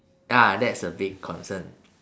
ya that's a big concern